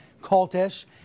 cultish